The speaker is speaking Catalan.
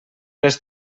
les